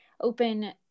open